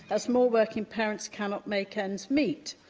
as more working parents cannot make ends meet.